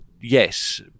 yes